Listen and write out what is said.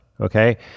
okay